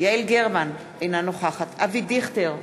יעל גרמן, אינה נוכחת אבי דיכטר,